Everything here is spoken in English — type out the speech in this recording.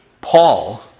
Paul